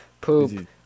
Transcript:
Poop